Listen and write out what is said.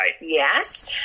Yes